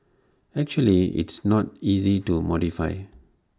actually it's not easy to modify